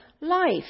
life